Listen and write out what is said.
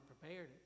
prepared